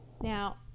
Now